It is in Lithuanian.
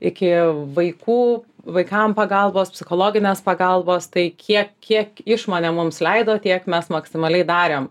iki vaikų vaikam pagalbos psichologinės pagalbos tai kiek kiek išmonė mums leido tiek mes maksimaliai darėm